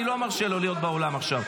אני לא מרשה לו להיות באולם עכשיו.